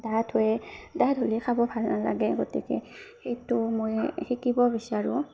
ডাঠ হয় ডাঠ হ'লে খাব ভাল নালাগে গতিকে সেইটো মই শিকিব বিচাৰোঁ